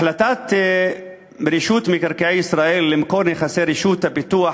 החלטת רשות מקרקעי ישראל למכור את נכסי רשות הפיתוח